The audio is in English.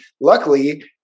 luckily